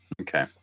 okay